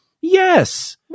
yes